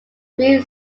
three